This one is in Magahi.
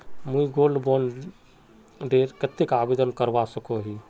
मुई गोल्ड बॉन्ड डेर केते आवेदन करवा सकोहो ही?